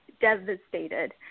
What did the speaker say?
devastated